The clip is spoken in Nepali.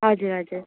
हजुर हजुर